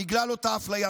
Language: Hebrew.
בגלל אותה אפליה,